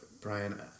Brian